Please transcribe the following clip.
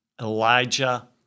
Elijah